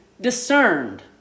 discerned